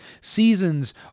Seasons